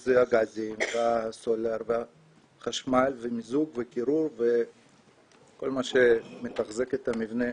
שזה הגזים והסולר והחשמל ומיזוג וקירור וכל מה שמתחזק את המבנה